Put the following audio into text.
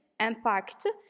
impact